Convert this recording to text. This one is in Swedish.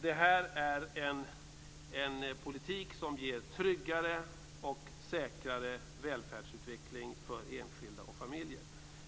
Det är en politik som ger en tryggare och säkrare välfärdsutveckling för enskilda och familjer.